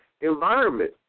environment